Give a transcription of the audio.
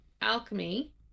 alchemy